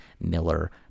Miller